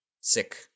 sick